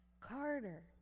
carter